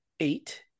eight